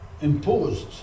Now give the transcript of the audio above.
imposed